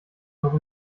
noch